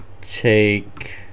take